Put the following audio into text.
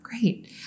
Great